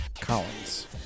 Collins